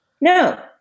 no